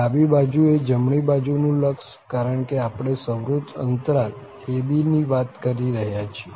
ડાબી બાજુ એ જમણી બાજુનું લક્ષ કારણ કે આપણે સંવૃત અંતરાલ a b ની વાત કરી રહ્યા છીએ